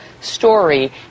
story